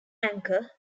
anchor